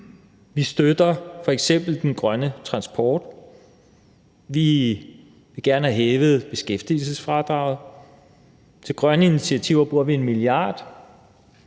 vi støtter f.eks. den grønne transport; vi vil gerne have hævet beskæftigelsesfradraget; til grønne initiativer bruger vi 1 mia.